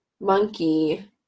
Monkey